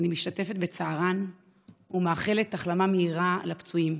אני משתתפת בצערן ומאחלת החלמה מהירה לפצועים.